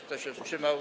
Kto się wstrzymał?